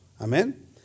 Amen